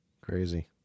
Crazy